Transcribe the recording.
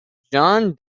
john